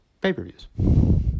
pay-per-views